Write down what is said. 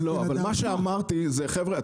אבל מה שאמרתי זה: חבר'ה,